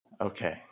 Okay